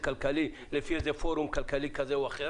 לנהל פה מדינה לא עסק כלכלי לפי איזה פורום כלכלי כזה או אחר.